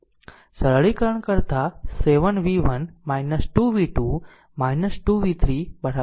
સરળીકરણ કરતાં 7 v1 2 v2 2 v3 36 આ સમીકરણ 1 છે